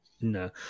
No